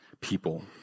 people